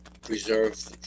preserve